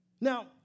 Now